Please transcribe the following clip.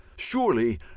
surely